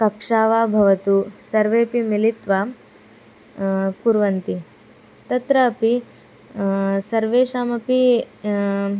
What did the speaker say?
कक्षा वा भवतु सर्वेपि मिलित्वा कुर्वन्ति तत्रापि सर्वेषामपि